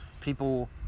people